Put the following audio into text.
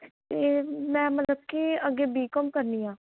ਅਤੇ ਮੈਂ ਮਤਲਬ ਕਿ ਅੱਗੇ ਬੀਕੌਮ ਕਰਨੀ ਆ